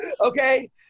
okay